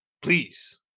Please